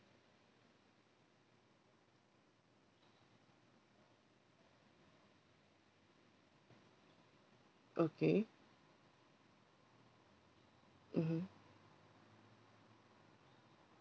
okay mmhmm